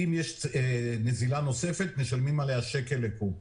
אם יש נזילה נוספת משלמים עליה 1 שקל לקוב.